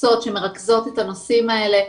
שמרכזות את הנושאים האלה.